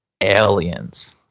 aliens